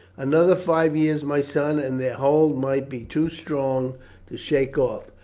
another five years, my son, and their hold might be too strong to shake off.